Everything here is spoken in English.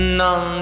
non